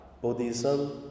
Buddhism